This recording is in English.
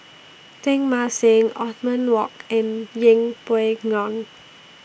Teng Mah Seng Othman Wok and Yeng Pway Ngon